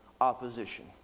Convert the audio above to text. opposition